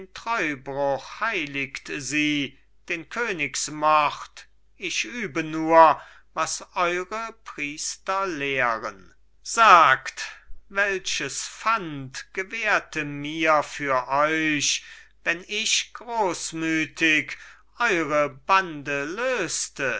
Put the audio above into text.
treubruch heiligt sie den königsmord ich übe nur was eure priester lehren sagt welches pfand gewährte mir für euch wenn ich großmütig eure bande löste